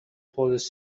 police